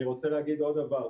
אני רוצה להגיד עוד דבר.